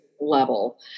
level